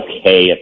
okay